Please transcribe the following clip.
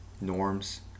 norms